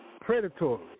predatory